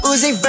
Uzi